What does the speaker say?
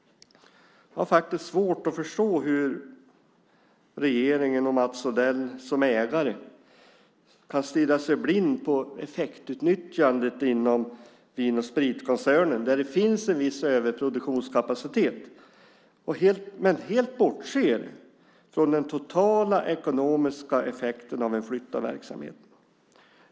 Jag har svårt att förstå hur regeringen och Mats Odell som ägare kan stirra sig blinda på effektutnyttjandet inom Vin & Sprit-koncernen, där det finns en viss överproduktionskapacitet, men helt bortse från den totala ekonomiska effekten av en flytt av verksamheten.